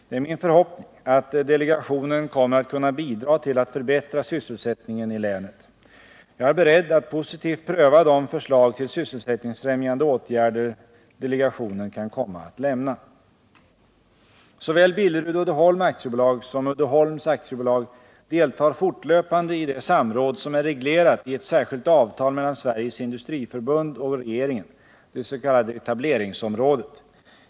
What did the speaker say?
Det är min förhoppning att delegationen kommer att kunna bidra till att förbättra sysselsättningen i länet. Jag är beredd att positivt pröva de förslag till sysselsättningsfrämjande åtgärder delegationen kan komma att lämna. Såväl Billerud-Uddeholm AB som Uddeholms AB deltar fortlöpande i det samråd som är reglerat i ett särskilt avtal mellan Sveriges Industriförbund och regeringen, det s.k. etableringssamrådet.